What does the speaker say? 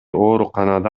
ооруканада